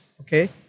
okay